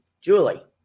Julie